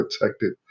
protected